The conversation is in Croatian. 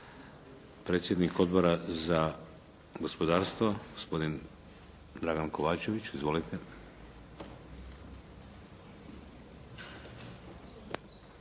Predsjednik Odbora za gospodarstvo, gospodin Dragan Kovačević. Izvolite.